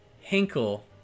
Hinkle